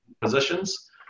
positions